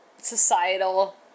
societal